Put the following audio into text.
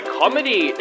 comedy